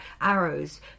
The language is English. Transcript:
arrows